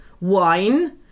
wine